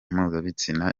mpuzabitsina